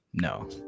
no